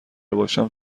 باشم